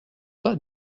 pas